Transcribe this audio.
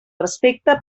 respecte